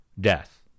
death